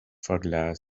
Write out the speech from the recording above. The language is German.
verglast